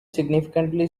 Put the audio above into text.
significantly